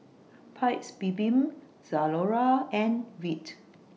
Paik's Bibim Zalora and Veet